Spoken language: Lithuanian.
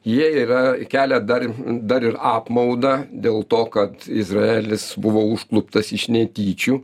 jie yra kelia dar dar ir apmaudą dėl to kad izraelis buvo užkluptas iš netyčių